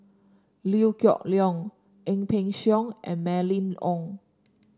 Liew Geok Leong Ang Peng Siong and Mylene Ong